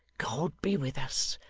god be with us!